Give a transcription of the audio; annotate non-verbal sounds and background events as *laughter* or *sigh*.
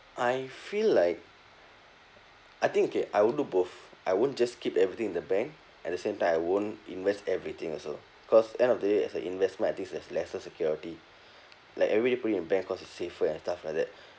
I feel like I think okay I want do both I won't just keep everything in the bank at the same time I won't invest everything also cause end of the day as a investment I think there's lesser security like everyday you put in the bank cause it's safer and stuff like that *breath*